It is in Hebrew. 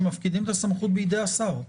שמפקידים את הסמכות בידי השר?